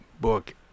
book